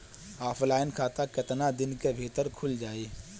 Offline खाता केतना दिन के भीतर खुल जाई?